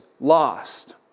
lost